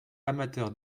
amateur